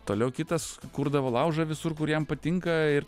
toliau kitas kurdavo laužą visur kur jam patinka ir